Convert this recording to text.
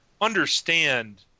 understand